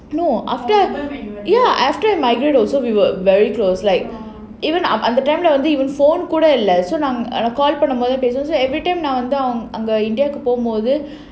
no after ya after migrate also we were very close like even அந்த தடவை:andha thadava even phone கூட இல்ல நான்:kooda illa naan call பண்ணும் போது:pannum pothu so everytime நான் வந்து இந்தியாக்கு போகும்போது:naan vandhu indiaku pogumpothu